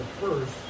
first